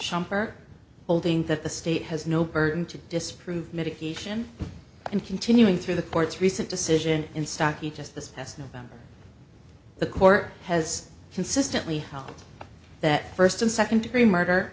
shumpert holding that the state has no burden to disprove medication and continuing through the court's recent decision in stockey just this past november the court has consistently held that first and second degree murder